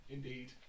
Indeed